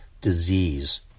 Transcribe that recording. disease